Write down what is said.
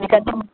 మీకెంత అమౌంట్